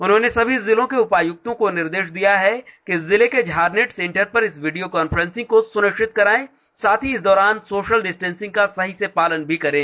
उन्होंने सभी जिलों के उपायुक्त को निर्देश दिया है कि जिले के झारनेट सेंटर पर इस वीडियो कॉन्फ्रेंसिंग को सुनिश्चित कराये साथ ही इस दौरान सोशल डिस्टेंसिंग का सही से पालन किया जाए